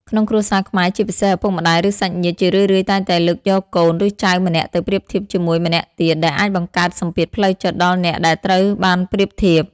ក្នុងគ្រួសារខ្មែរជាពិសេស ឪពុកម្តាយ ឬសាច់ញាតិ ជារឿយៗតែងតែលើកយកកូន ឬចៅម្នាក់ទៅប្រៀបធៀបជាមួយម្នាក់ទៀត ដែលអាចបង្កើតសម្ពាធផ្លូវចិត្តដល់អ្នកដែលត្រូវបានប្រៀបធៀប។